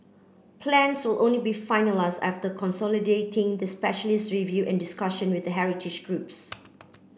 plans will only be finalised after consolidating the specialist review and discussion with heritage groups